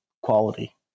quality